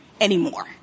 anymore